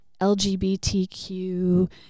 LGBTQ